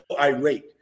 irate